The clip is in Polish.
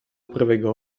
prawego